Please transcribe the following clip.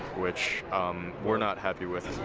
which we're not happy with.